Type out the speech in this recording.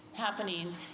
happening